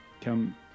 come